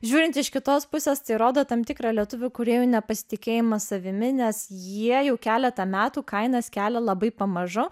žiūrint iš kitos pusės tai rodo tam tikrą lietuvių kūrėjų nepasitikėjimą savimi nes jie jau keletą metų kainas kelia labai pamažu